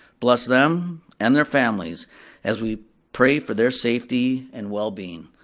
bless them and their families as we pray for their safety and wellbeing.